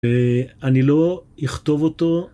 ואני לא אכתוב אותו.